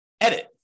edit